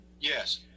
Yes